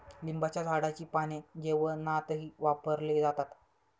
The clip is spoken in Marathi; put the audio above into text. लिंबाच्या झाडाची पाने जेवणातही वापरले जातात